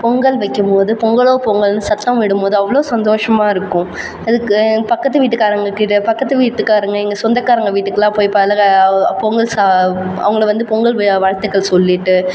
பொங்கல் வைக்கும் போது பொங்கலோ பொங்கல்னு சத்தம் விடும் போது அவ்வளோ சந்தோஷமாக இருக்கும் அதுக்கு எங்கள் பக்கத்து வீட்டுக்காரவங்க கிட்டே பக்கத்து வீட்டுக்காரங்க எங்கள் சொந்தக்காரங்க வீட்டுக்கெலாம் போய் பலகா பொங்கல் சா அவங்கள வந்து பொங்கல் வே வாழ்த்துக்கள் சொல்லிட்டு